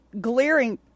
glaring